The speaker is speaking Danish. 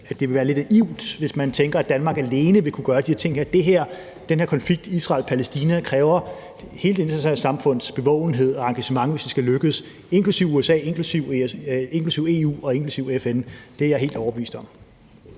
det ville være lidt naivt, hvis man tænkte, at Danmark alene ville kunne gøre de her ting. Den her konflikt mellem Israel og Palæstina kræver hele det internationale samfunds bevågenhed og engagement, hvis det skal lykkes – inklusive USA, inklusive EU og inklusive FN. Det er jeg helt overbevist om.